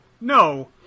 no